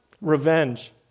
revenge